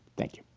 thank you.